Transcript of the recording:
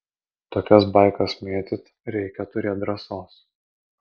tokias baikas mėtyt reikia turėt drąsos